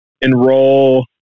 enroll